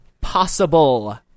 possible